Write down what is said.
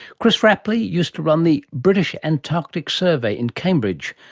chris rapley used to run the british antarctic survey in cambridge.